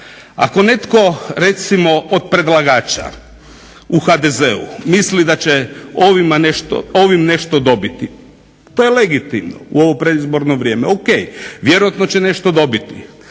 Ako netko recimo od predlagača u HDZ-u misli da će ovim nešto dobiti to je legitimno u ovo predizborno vrijeme, ok, vjerojatno će nešto dobiti,